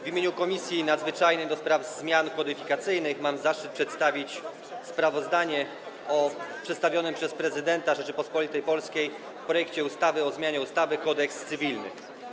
W imieniu Komisji Nadzwyczajnej do spraw zmian w kodyfikacjach mam zaszczyt przedstawić sprawozdanie o przedstawionym przez Prezydenta Rzeczypospolitej Polskiej projekcie ustawy o zmianie ustawy Kodeks cywilny.